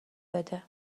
بده